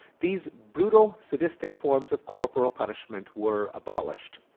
these brutal, sadistic forms of corporal punishment were abolished.